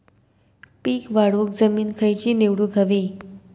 पीक वाढवूक जमीन खैची निवडुक हवी?